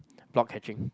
block catching